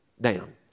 down